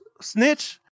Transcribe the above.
snitch